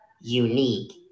unique